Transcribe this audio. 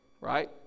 right